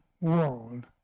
world